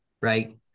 right